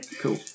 Cool